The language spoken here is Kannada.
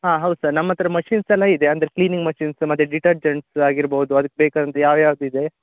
ಹಾಂ ಹೌದು ಸರ್ ನಮ್ಮಹತ್ರ ಮಷಿನ್ಸ್ ಎಲ್ಲ ಇದೆ ಅಂದರೆ ಕ್ಲಿನಿಂಗ್ ಮಷಿನ್ಸ್ ಮತ್ತು ಡಿಟರ್ಜಂಟ್ಸ್ ಆಗಿರ್ಬೋದು ಅದಕ್ ಬೇಕಾದಂತ ಯಾವ ಯಾವ್ದು ಇದೆ